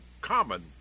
common